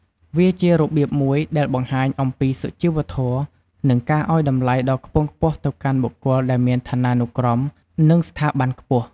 វាជារបៀបមួយដែលបង្ហាញអំពីសុជីវធម៌ និងការអោយតម្លៃដ៏ខ្ពង់ខ្ពស់ទៅកាន់បុគ្គលដែលមានឋានានុក្រម និងស្ថាប័នខ្ពស់។